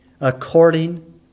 According